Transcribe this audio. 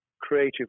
creative